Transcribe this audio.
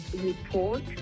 report